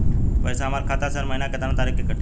पैसा हमरा खाता से हर महीना केतना तारीक के कटी?